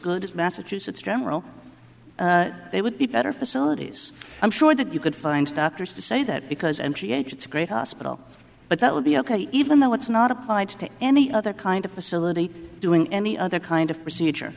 good as massachusetts general they would be better facilities i'm sure that you could find doctors to say that because m p h it's a great hospital but that would be ok even though it's not applied to any other kind of facility doing any other kind of procedure